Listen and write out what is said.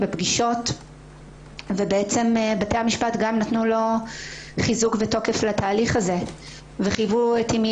בפגישות ובתי המשפט גם נתנו לו חיזוק ותוקף לתהליך הזה וחייבו את אימי